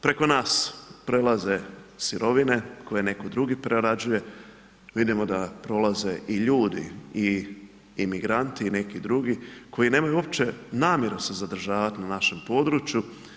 Preko nas prelaze sirovine koje netko drugi prerađuje, vidimo da prolaze i ljudi i migranti i neki drugi koji nemaju uopće namjere se zadržavati na našem području.